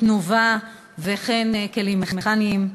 תנובה וכן כלים מכניים,